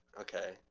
okay